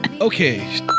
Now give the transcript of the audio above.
Okay